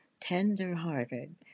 tender-hearted